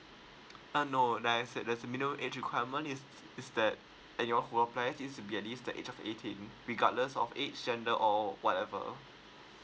uh no that is that's a minimum age requirement is is that and who are apply is to be at least the age of eighteen regardless of age gender or whatever